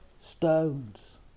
stones